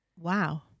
Wow